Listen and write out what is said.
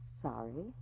Sorry